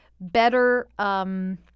better